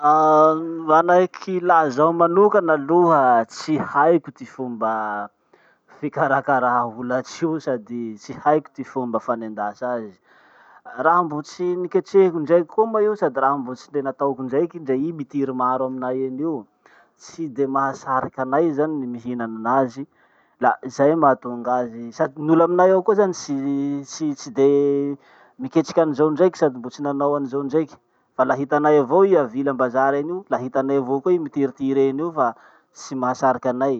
Ah manahaky laha zaho manoka aloha tsy haiko ty fomba fikarakarafa fomba holatsy io sady tsy haiko ty fomba fanendasa azy. Raha mbo tsy niketrehiko indraiky koa moa io sady raha mbo le tsy natao indraiky ndra i mitiry maro amiany eny io. Tsy de mahasariky anay zany ny mihinan'anazy, la zay mahatonga azy- sady ny olo aminay ao koa zany tsy tsy tsy de miketriky anizao indraiky sady mbo tsy nanao anizao indraiky. Fa la hitanay avao i avily ambazary eny io, la hitanay avoa koa i mitiritiry eny io fa tsy mahasariky anay.